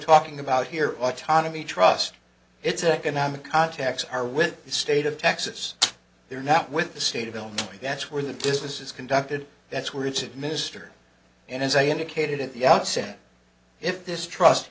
talking about here autonomy trust it's economic contacts are with the state of texas they're not with the state of illinois that's where the business is conducted that's where it's at mr and as i indicated at the outset if this trust